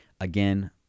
again